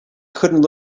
couldn’t